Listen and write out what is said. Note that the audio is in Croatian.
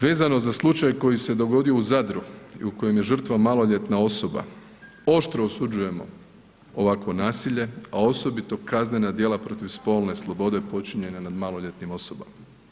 Vezano za slučaj koji se dogodio u Zadru i u kojem je žrtva maloljetna osoba, oštro osuđujemo ovakvo nasilje a osobito kaznena djela protiv spolne slobode počinjenje nad maloljetnim osobama.